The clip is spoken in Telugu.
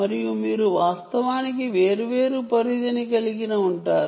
మరియు మీరు వాస్తవానికి వేర్వేరు రేంజ్ ని కలిగి ఉంటారు